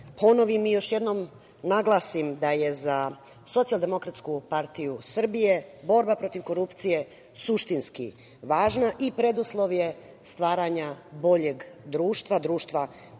ponovim i još jednom naglasim da je za Socijaldemokratsku partiju Srbije borba protiv korupcije suštinski važna i preduslov je stvaranja boljeg društva, društva